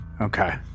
Okay